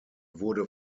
wurde